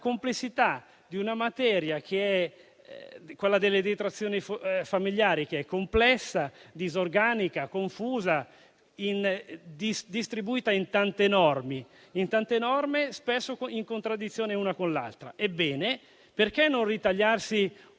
complessità di una materia, quella delle detrazioni familiari, che è complessa, disorganica, confusa, distribuita in tante norme, spesso in contraddizione l'una con l'altra. Ebbene, perché non ritagliarsi un